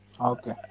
Okay